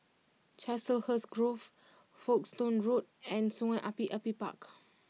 Chiselhurst Grove Folkestone Road and Sungei Api Api Park